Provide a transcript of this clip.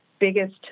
biggest